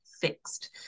fixed